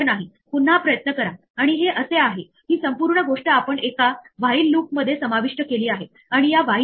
तर सामान्यतः एरर दर्शविण्याच्या कृतीला एक्सेप्शन उपस्थित होणे असे म्हणतात